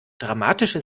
dramatische